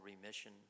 remission